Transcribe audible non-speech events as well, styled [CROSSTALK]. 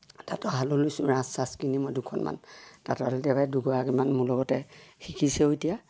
তাঁতৰশালো লৈছোঁ ৰাচ চাচ কিনি মই দুখনমান তাঁত [UNINTELLIGIBLE] দুগৰাকীমান মোৰ লগতে শিকিছেও এতিয়া